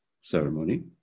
ceremony